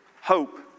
hope